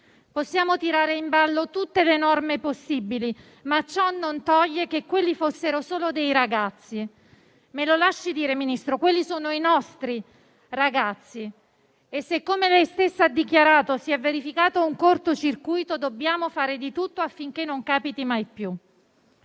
Possiamo tirare in ballo tutte le norme possibili, ma ciò non toglie che quelli fossero solo dei ragazzi. Me lo lasci dire, Ministro: quelli sono i nostri ragazzi. E se, come lei stessa ha dichiarato, si è verificato un corto circuito, dobbiamo fare di tutto affinché non capiti mai più.